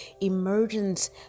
emergence